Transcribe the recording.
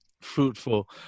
fruitful